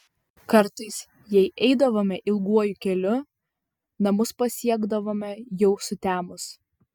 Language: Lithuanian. kartais jei eidavome ilguoju keliu namus pasiekdavome jau sutemus